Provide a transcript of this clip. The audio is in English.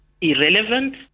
irrelevant